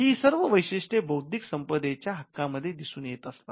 ही सर्व वैशिष्ट्ये बौद्धिक संपदेच्या हक्कांमध्ये दिसून येत असतात